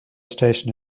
station